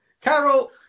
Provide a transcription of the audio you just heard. Carol